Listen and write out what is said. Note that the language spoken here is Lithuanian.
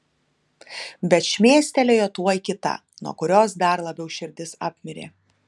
bet šmėstelėjo tuoj kita nuo kurios dar labiau širdis apmirė